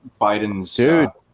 Biden's